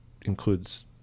includes